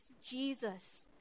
Jesus